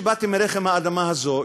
שבאתי מרחם האדמה הזאת,